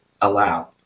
allow